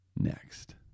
next